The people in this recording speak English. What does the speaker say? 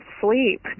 sleep